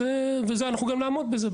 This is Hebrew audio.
ואנחנו גם נעמוד בזה,